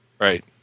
Right